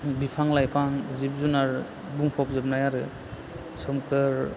बिफां लायफां जिब जुनार बुंफबजोबनाय आरो सोमखोर